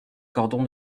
cordon